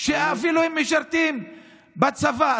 הם אפילו משרתים בצבא.